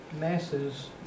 masses